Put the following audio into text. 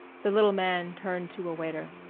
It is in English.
the little man turned to a waiter.